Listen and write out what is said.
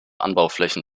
anbauflächen